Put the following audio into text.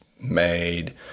made